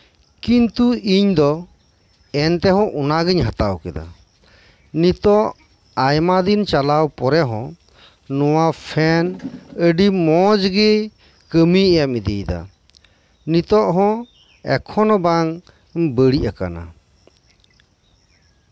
ᱠᱤᱱᱛᱩ ᱤᱧ ᱫᱚ ᱮᱱᱛᱮᱦᱚᱸ ᱚᱱᱟᱜᱤᱧ ᱦᱟᱛᱟᱣ ᱠᱮᱫᱟ ᱱᱤᱛᱚᱜ ᱟᱭᱢᱟ ᱫᱤᱱ ᱪᱟᱞᱟᱣ ᱯᱚᱨᱮ ᱦᱚᱸ ᱱᱚᱶᱟ ᱯᱷᱮᱱ ᱟᱹᱰᱤ ᱢᱚᱸᱡᱽ ᱜᱮ ᱠᱟᱹᱢᱤᱭ ᱮᱢ ᱤᱫᱤ ᱭᱮᱫᱟ ᱱᱤᱛᱚᱜ ᱦᱚᱸ ᱮᱠᱷᱚᱱ ᱦᱚᱸ ᱵᱟᱝ ᱵᱟᱹᱲᱤᱡ ᱟᱠᱟᱱᱟ